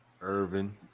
Irvin